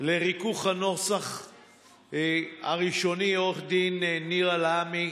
לריכוך הנוסח הראשוני, עו"ד נירה לאמעי,